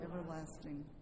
everlasting